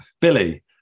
Billy